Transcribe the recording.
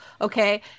Okay